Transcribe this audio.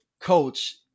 coach